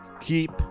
keep